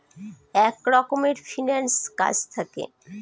এক রকমের ফিন্যান্স কাজ থাকে